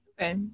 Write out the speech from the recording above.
Okay